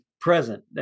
Present